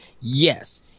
yes